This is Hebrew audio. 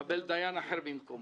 לקבל דיין אחר במקום